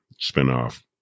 spinoff